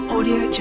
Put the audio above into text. Audio